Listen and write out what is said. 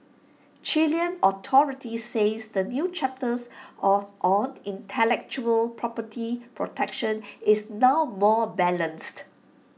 Chilean authorities says the new chapters on intellectual property protection is now more balanced